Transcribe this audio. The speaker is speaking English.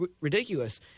ridiculous